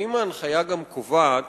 האם ההנחיה גם קובעת